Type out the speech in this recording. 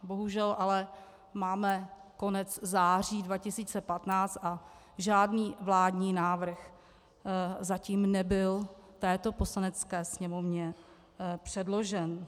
Bohužel ale máme konec září 2015 a žádný vládní návrh zatím nebyl této Poslanecké sněmovně předložen.